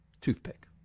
toothpick